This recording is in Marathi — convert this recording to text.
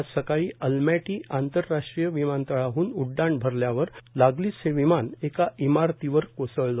आज सकाळी अल्मॅटी आंतरराष्ट्री विमानतळाहून उड्डाण भरल्यानंतर लागलीच हे विमान एका इमारतीवर कोसळलं